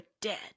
dead